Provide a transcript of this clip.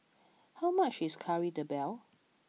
how much is Kari Debal